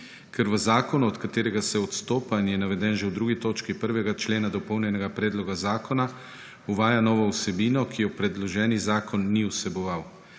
Ker v zakonu od katerega se odstopa in je naveden že v 2. točki 1. člena dopolnjenega predloga zakona, uvaja novo vsebino, ki je predloženi zakon ni vseboval.